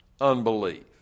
unbelief